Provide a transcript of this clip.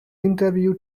interview